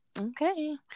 Okay